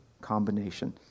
combination